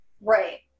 Right